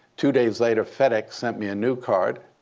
two days later, fedex sent me a new card.